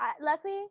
luckily